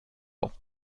auf